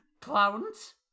Clowns